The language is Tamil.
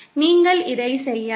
நீங்கள் இதைச் செய்யலாம்